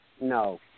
No